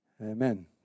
Amen